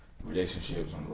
Relationships